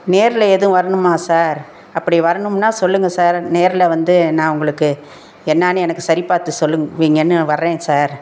நேரில் எதுவும் வரணுமா சார் அப்படி வர்ணும்னால் சொல்லுங்கள் சார் நேரில் வந்து நான் உங்களுக்கு என்னான்னு எனக்கு சரி பார்த்து சொல்லுங்கவீங்கன்னு வர்றேன் சார்